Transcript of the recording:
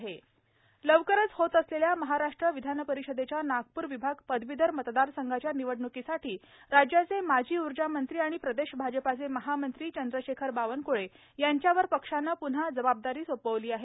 चंद्रशेखर बावनक्ळे लवकरच होत असलेल्या महाराष्ट्र विधानपरिषदेच्या नागपूर विभाग पदवीधर मतदारसंघाच्या निवडण्कीसाठी राज्याचे माजी ऊर्जामंत्री आणि प्रदेश भाजपाचे महामंत्री चंद्रशेखर बावनक्ळे यांच्यावर पक्षाने प्न्हा जबाबदारी सोपविली आहे